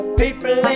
people